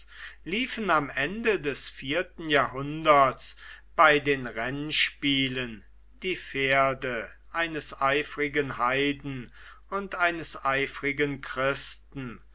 liefen am ende des vierten jahrhunderts bei den rennspielen die pferde eines eifrigen heiden und eines eifrigen christen